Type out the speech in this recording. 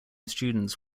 students